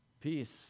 Peace